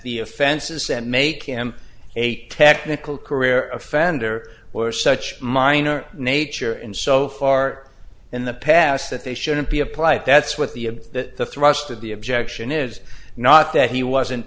the offenses and make him a technical career offender were such minor nature and so far in the past that they shouldn't be applied that's what the that the thrust of the objection is not that he wasn't